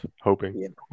hoping